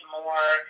more